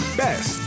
best